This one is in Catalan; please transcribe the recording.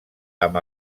amb